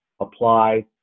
apply